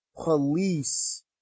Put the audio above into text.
Police